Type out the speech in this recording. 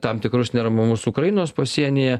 tam tikrus neramumus ukrainos pasienyje